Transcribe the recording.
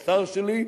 כשר שלי,